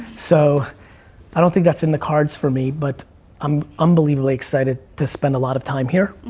so i don't think that's in the cards for me, but i'm unbelievably excited to spend a lot of time here.